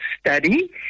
study